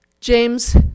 James